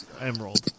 Emerald